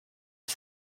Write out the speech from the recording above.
est